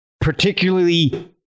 particularly